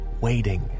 waiting